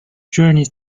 journeys